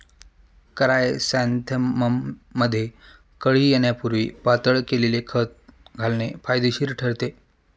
क्रायसॅन्थेमममध्ये कळी येण्यापूर्वी पातळ केलेले खत घालणे फायदेशीर ठरते